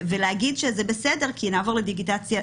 ולהגיד שזה בסדר כי נעבור לדיגיטציה,